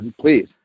please